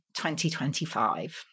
2025